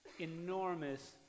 enormous